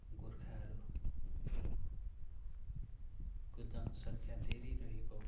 गोर्खाहरूको जनसङ्ख्या धेरै रहेको